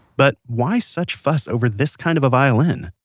but, why such fuss over this kind of violin?